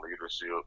leadership